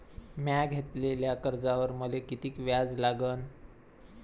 म्या घेतलेल्या कर्जावर मले किती व्याज लागन?